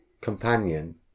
companion